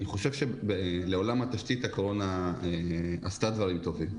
אני חושב שלעולם התשתית הקורונה עשתה דברים טובים.